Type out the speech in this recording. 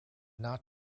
not